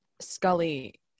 Scully